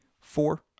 Four